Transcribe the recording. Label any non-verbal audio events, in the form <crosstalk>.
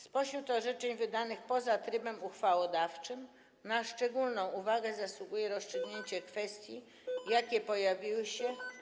Spośród orzeczeń wydanych poza trybem uchwałodawczym na szczególną uwagę zasługuje rozstrzygnięcie <noise> kwestii, jakie pojawiły się.